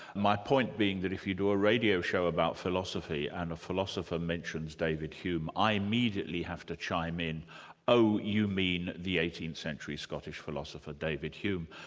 my point being that if you do a radio show about philosophy, and a philosopher mentions david hume, i immediately have to chime in oh you mean the eighteenth century scottish philosopher, david hume',